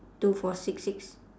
two four six six